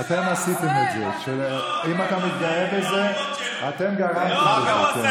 תגיד לי אם אתה זוכר פה דבר כזה,